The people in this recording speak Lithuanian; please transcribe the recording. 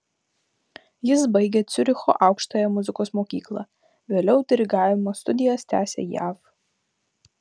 jis baigė ciuricho aukštąją muzikos mokyklą vėliau dirigavimo studijas tęsė jav